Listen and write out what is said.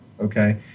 okay